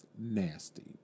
nasty